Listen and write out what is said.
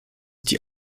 die